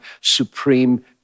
supreme